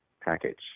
package